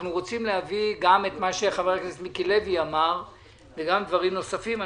אנחנו רוצים להביא גם את מה שחבר הכנסת מיקי לוי אמר וגם דברים נוספים.